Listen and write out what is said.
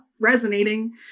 resonating